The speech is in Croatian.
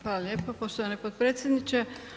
Hvala lijepo poštovani potpredsjedniče.